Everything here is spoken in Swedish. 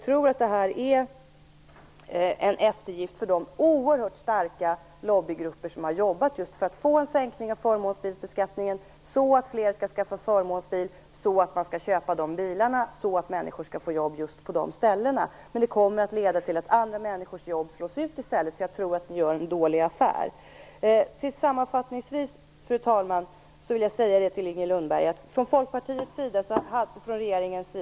Detta är nog en eftergift åt de oerhört starka lobbygrupper som har arbetat för att få till stånd en sänkning av förmånsbilsbeskattningen så att fler skall skaffa förmånsbil och att fler skall köpa de bilar som gör att människor får jobb på just de fabrikerna. Men det kommer i stället att leda till att andra människors jobb slås ut, så jag tror att ni gör en dålig affär. Fru talman! Sammanfattningsvis vill jag säga till Inger Lundberg att vi från Folkpartiet hade en Nathalieplan.